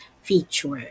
feature